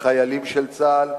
לחיילים של צה"ל.